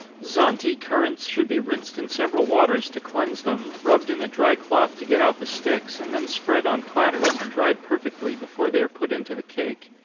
zante currants should be rinsed in several waters to cleanse them, rubbed in a dry cloth to get out the sticks, and then spread on platters, and dried perfectly, before they are put into the cake.